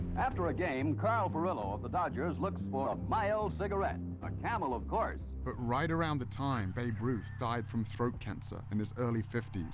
after a game, carl furillo of the dodgers, looks for a mild cigarette. a camel, of course. but right around the time babe ruth died from throat cancer in his early fifty s,